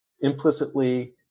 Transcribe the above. implicitly